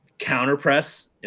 counter-press